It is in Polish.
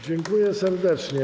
Dziękuję serdecznie.